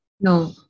No